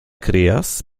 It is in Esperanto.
krias